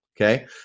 okay